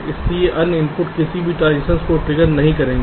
इसलिए अन्य इनपुट किसी भी ट्रांसिशन्स को ट्रिगर नहीं करेंगे